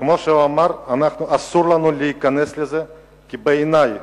כמו שהוא אמר, אסור לנו להיכנס לזה, כי בעיני,